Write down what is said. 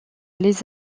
les